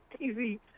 TV